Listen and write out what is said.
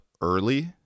early